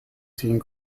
seeing